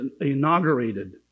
inaugurated